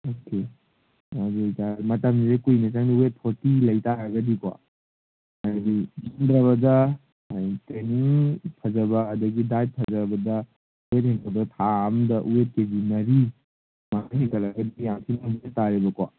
okay ꯑꯗꯨ ꯑꯣꯏꯇꯥꯔꯗꯤ ꯃꯇꯝꯁꯦ ꯀꯨꯏꯅ ꯆꯪꯅꯤ ꯋꯦꯠ ꯐꯣꯔꯇꯤ ꯂꯩꯇꯥꯔꯒꯗꯤꯀꯣ ꯍꯥꯏꯗꯤ ꯌꯥꯝꯗ꯭ꯔꯕꯗ ꯃꯥꯏ ꯇ꯭ꯔꯦꯟꯅꯤꯡ ꯐꯖꯕ ꯑꯗꯒꯤ ꯗꯥꯏꯠ ꯐꯖꯕꯗ ꯋꯦꯠ ꯍꯦꯟꯒꯠꯄ ꯊꯥ ꯑꯝꯗ ꯋꯦꯠ ꯀꯦ ꯖꯤ ꯃꯔꯤ ꯁꯨꯃꯥꯏ ꯍꯦꯟꯒꯠꯂꯛꯑꯒꯗꯤ ꯌꯥꯝ ꯊꯤꯅ ꯇꯥꯔꯦꯕꯀꯣ